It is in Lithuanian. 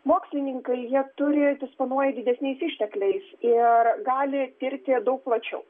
mokslininkai jie turi disponuoja didesniais ištekliais ir gali tirti daug plačiau